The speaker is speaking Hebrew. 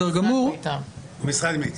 משרד מיתר.